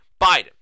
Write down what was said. Biden